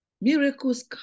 Miracles